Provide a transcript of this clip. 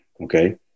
okay